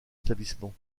établissement